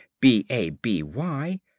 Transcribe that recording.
B-A-B-Y